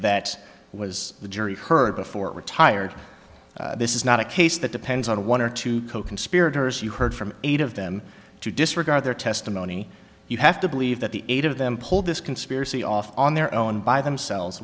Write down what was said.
that was the jury heard before we're tired this is not a case that depends on one or two coconspirators you heard from eight of them to disregard their testimony you have to believe that the eight of them pulled this conspiracy off on their own by themselves